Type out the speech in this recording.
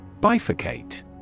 Bifurcate